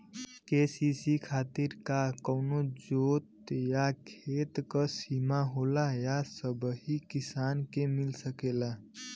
KCC खातिर का कवनो जोत या खेत क सिमा होला या सबही किसान के मिल सकेला?